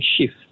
shift